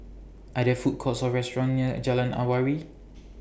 Are There Food Courts Or restaurants near Jalan Awan